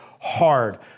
hard